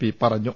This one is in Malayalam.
പി പറഞ്ഞു